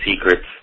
secrets